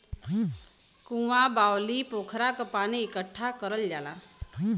कुँआ, बाउली, पोखरा क पानी इकट्ठा करल जाला